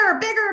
bigger